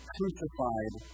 Crucified